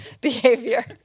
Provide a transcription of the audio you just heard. behavior